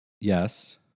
yes